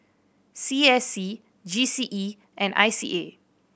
C S C G C E and I C A